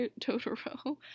Totoro